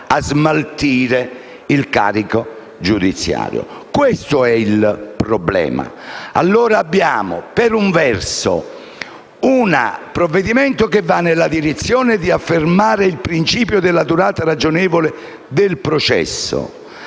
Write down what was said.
a smaltire il carico giudiziario. Questo è il problema. Allora abbiamo, per un verso, un provvedimento che va nella direzione di affermare il principio della durata ragionevole del processo.